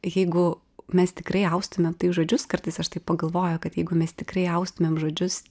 jeigu mes tikrai austume žodžius kartais aš taip pagalvoju kad jeigu mes tikrai austumėm žodžius